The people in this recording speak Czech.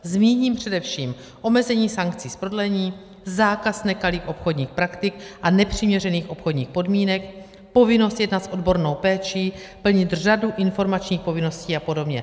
Zmíním především omezení sankcí z prodlení, zákaz nekalých obchodních praktik a nepřiměřených obchodních podmínek, povinnost jednat s odbornou péčí, plnit řadu informačních povinností apod.